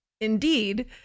Indeed